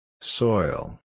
Soil